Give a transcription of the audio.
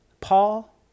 Paul